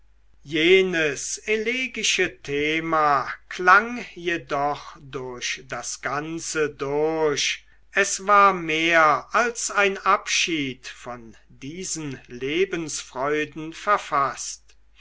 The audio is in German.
jenes elegische thema klang jedoch durch das ganze durch es war mehr als ein abschied von diesen lebensfreuden verfaßt